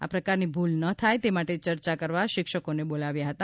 આ પ્રકારની ભૂલ ના થાય તે માટે ચર્ચા કરવા શિક્ષકોને બોલાવ્યા હતા